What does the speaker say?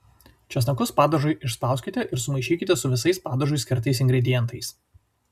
česnakus padažui išspauskite ir sumaišykite su visais padažui skirtais ingredientais